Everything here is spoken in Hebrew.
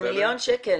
זה מיליון שקל,